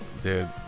Dude